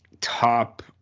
top